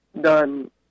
done